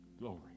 Glory